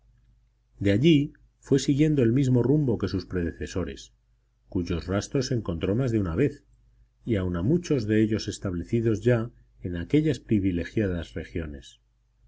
de allí fue siguiendo el mismo rumbo que sus predecesores cuyos rastros encontró más de una vez y aun a muchos de ellos establecidos ya en aquellas privilegiadas regiones